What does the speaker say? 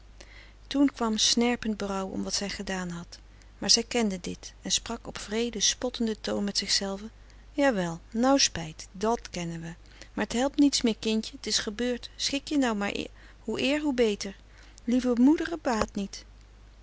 toen kwam snerpend berouw om wat zij gedaan had maar zij kende dit en sprak op wreeden spottenden toon met zichzelve jawel nou spijt dat kennen we maar t helpt niets meer kindje t is gebeurd schik je nou maar hoe eer hoe beter lieve moederen baat niet